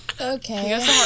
Okay